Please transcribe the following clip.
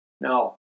Now